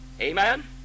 Amen